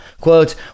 Quote